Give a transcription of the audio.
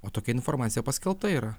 o tokia informacija paskelbta yra